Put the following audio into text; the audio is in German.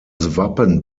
wappen